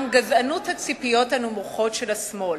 גזענות הציפיות הנמוכות של השמאל.